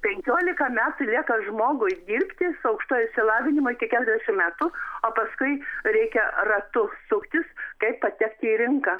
penkiolika metų lieka žmogui dirbti su aukštuoju išsilavinimu iki keturiasdešimt metų o paskui reikia ratu suktis kaip patekti į rinką